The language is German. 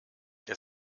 der